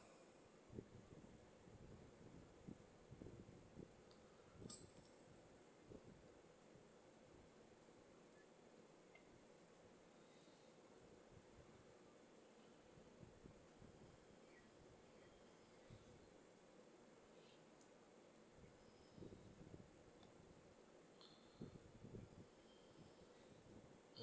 mm